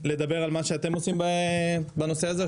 על מה שאתם עושים בנושא הזה?